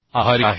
आभारी आहे